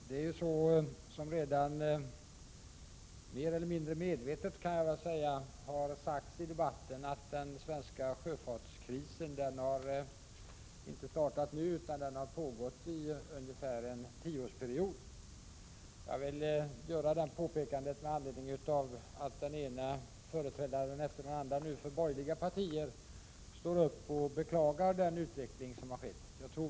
Herr talman! Som redan mer eller mindre medvetet sagts i debatten har den svenska sjöfartskrisen inte börjat nu — den har pågått under en tioårsperiod ungefär. Jag vill göra det påpekandet med anledning av att den ena företrädaren efter den andra för borgerliga partier nu står upp och beklagar den utveckling som skett.